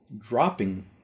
dropping